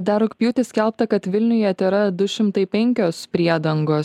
dar rugpjūtį skelbta kad vilniuje tėra du šimtai penkios priedangos